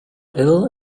ill